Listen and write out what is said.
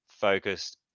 focused